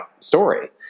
story